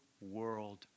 world